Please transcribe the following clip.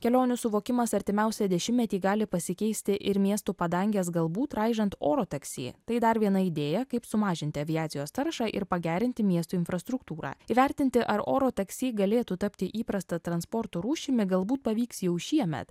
kelionių suvokimas artimiausią dešimtmetį gali pasikeisti ir miestų padanges galbūt raižant oro taksi tai dar viena idėja kaip sumažinti aviacijos taršą ir pagerinti miesto infrastruktūrą įvertinti ar oro taksi galėtų tapti įprasta transporto rūšimi galbūt pavyks jau šiemet